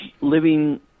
living